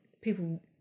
people